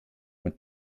und